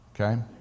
okay